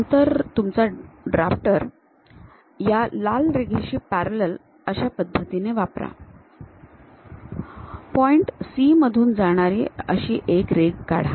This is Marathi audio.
नंतर तुमचा ड्रॅफ्टर या लाल रेघेशी पॅरलल अशा पद्धतीने वापरा पॉईंट C मधून जाणारी अशी एक रेघ काढा